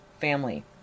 family